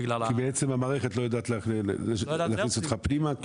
כי בעצם המערכת לא יודעת להכניס אותך פנימה?